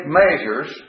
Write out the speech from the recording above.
measures